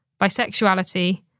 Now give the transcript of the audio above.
bisexuality